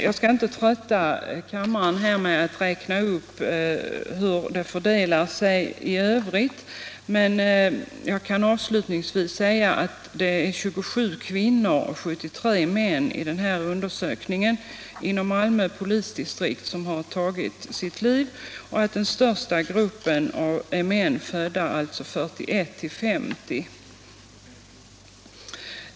Jag skall inte trötta kammaren med att räkna upp hur fallen fördelar sig i övrigt, men jag kan avslutningsvis nämna att av de 100 personer som den här undersökningen inom Malmö polisdistrikt omfattar är 27 kvinnor och 73 män. Den största gruppen är som sagt män födda 1941-1950.